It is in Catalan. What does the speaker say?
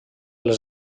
les